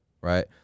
right